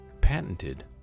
Patented